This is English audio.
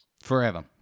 forever